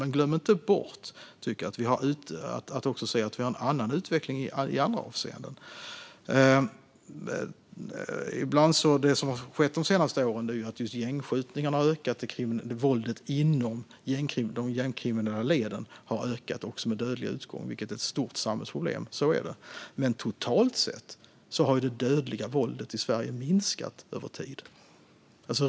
Men man ska inte glömma bort att se att vi har en annan utveckling i andra avseenden. Det som har skett de senaste åren är att gängskjutningarna och våldet inom de gängkriminella leden har ökat, också med dödlig utgång, vilket är ett stort samhällsproblem. Så är det. Men totalt sett har det dödliga våldet i Sverige minskat över tid.